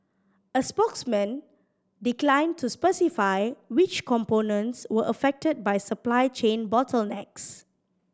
a spokesman declined to specify which components were affected by supply chain bottlenecks